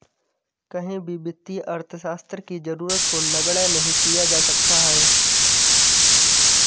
कहीं भी वित्तीय अर्थशास्त्र की जरूरत को नगण्य नहीं किया जा सकता है